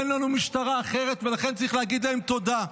אין לנו משטרה אחרת, ולכן צריך להגיד להם תודה.